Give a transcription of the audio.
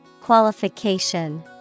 Qualification